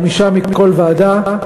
חמישה מכל ועדה.